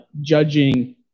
judging